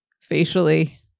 Facially